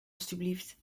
alstublieft